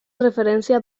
referencia